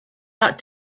out